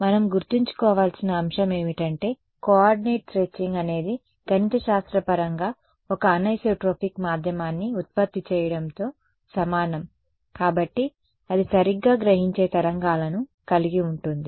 మనం గుర్తుంచుకోవాల్సిన అంశం ఏమిటంటే కోఆర్డినేట్ స్ట్రేట్చింగ్ అనేది గణితశాస్త్ర పరంగా ఒక అనిసోట్రోపిక్ మాధ్యమాన్ని ఉత్పత్తి చేయడంతో సమానం కాబట్టి అది సరిగ్గా గ్రహించే తరంగాలను కలిగి ఉంటుంది